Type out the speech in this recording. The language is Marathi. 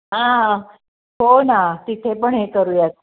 हां होना तिथे पण हे करूयात